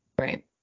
right